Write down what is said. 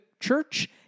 church